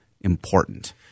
important